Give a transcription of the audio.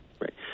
Right